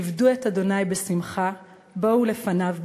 "עבדו את ה' בשמחה באו לפניו ברננה".